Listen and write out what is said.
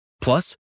Plus